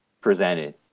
presented